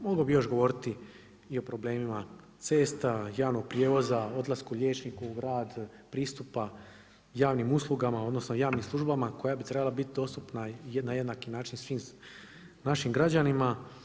Mogao bih još govoriti i o problemima cesta, javnog prijevoza, odlasku liječniku u grad, pristupa javnim uslugama, odnosno javnim službama koja bi trebala biti dostupna na jednaki način svim našim građanima.